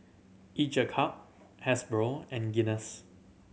Each a Cup Hasbro and Guinness